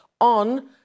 on